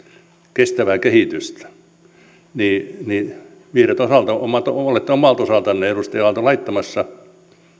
kestävää kehitystä niin niin te vihreät olette omalta osaltanne edustaja aalto laittamassa